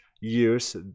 use